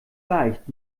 leicht